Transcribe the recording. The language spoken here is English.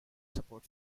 support